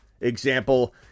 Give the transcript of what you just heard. Example